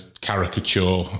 caricature